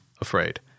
afraid